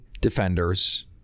defenders